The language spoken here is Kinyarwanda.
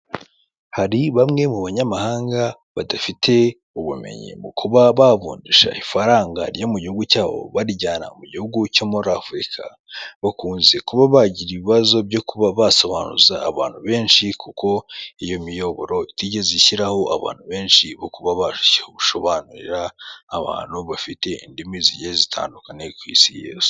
Hari bamwe mu banyamahanga badafite ubumenyi mu kuba bavunjisha ifaranga ryo mu gihugu cyabo barijyana mu gihugu cyo muri Afurika, bakunze kuba bagira ibibazo byo kuba basobanuza abantu benshi kuko iyo miyoboro itigeze ishyiraho abantu benshi bo kuba babasha gusobanurira abantu bafite indimi zigiye zitandukanye ku si yose.